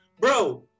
bro